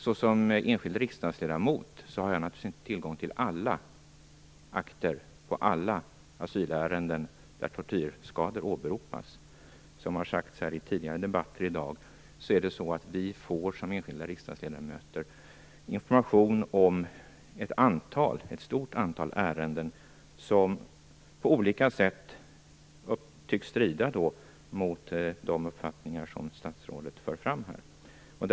Som enskild riksdagsledamot har jag naturligtvis inte tillgång till alla akter rörande alla asylärenden där tortyrskador åberopas. Som har sagts vid tidigare debatter här i dag får vi som enskilda riksdagsledamöter dock information om ett stort antal ärenden som på olika sätt tycks strida mot de uppfattningar som statsrådet här för fram.